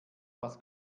was